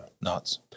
Nuts